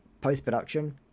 post-production